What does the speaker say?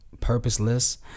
purposeless